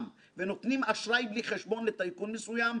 ונותנים אשראי בלי חשבון לטייקון מסוים,